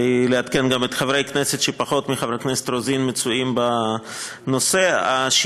כדי לעדכן גם את חברי הכנסת שפחות מצויים בנושא מחברת הכנסת רוזין,